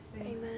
Amen